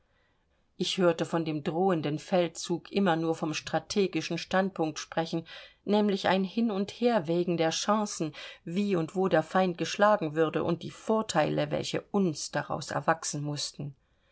ich hörte von dem drohenden feldzug immer nur vom strategischen standpunkt sprechen nämlich ein hin und herwägen der chancen wie und wo der feind geschlagen würde und die vorteile welche uns daraus erwachsen mußten